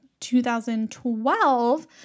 2012